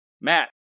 Matt